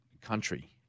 country